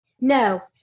No